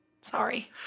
Sorry